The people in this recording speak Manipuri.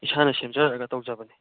ꯏꯁꯥꯅ ꯁꯦꯝꯖꯔꯒ ꯇꯧꯖꯕꯅꯤ